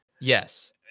Yes